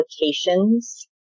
applications